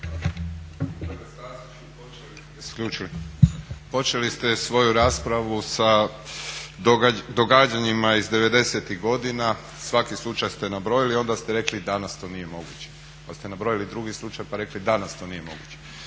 pa ste nabrojili drugi slučaj pa rekli danas to nije moguće.